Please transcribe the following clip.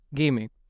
gaming